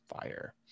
fire